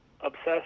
obsessed